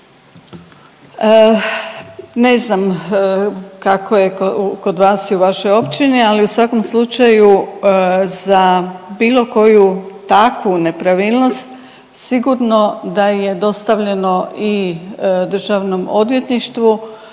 Ne znam kako je kod vas i u vašoj općini, ali u svakom slučaju za bilo koju takvu nepravilnost sigurno da je dostavljeno i Državnom odvjetništvu.